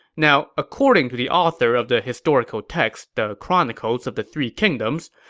now, according to the author of the historical text the chronicles of the three kingdoms,